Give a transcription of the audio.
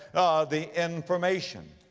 the information.